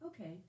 Okay